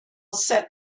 set